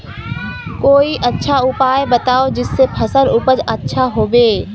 कोई अच्छा उपाय बताऊं जिससे फसल उपज अच्छा होबे